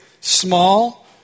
small